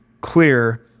clear